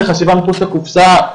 זה חשיבה מחוץ לקופסה,